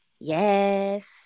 Yes